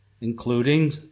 including